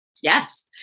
Yes